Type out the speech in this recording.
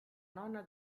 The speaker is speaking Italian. nonna